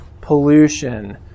pollution